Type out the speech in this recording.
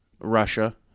Russia